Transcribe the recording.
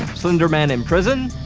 slender man in prison,